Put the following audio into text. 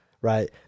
Right